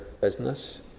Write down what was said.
business